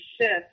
shift